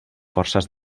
forces